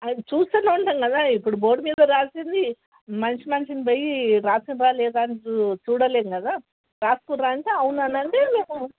అది చూస్తూనే ఉంటాము కదా ఇప్పుడు బోర్డు మీద రాసింది మనిషి మనిషిని పొయి రాసిండ్రా లేదా అన్ చూ చూడలేము కదా రాసుకుర్రా అంటే అవున అనంటే మేము